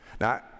Now